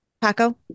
Paco